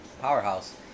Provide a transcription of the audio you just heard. powerhouse